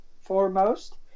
foremost